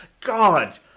God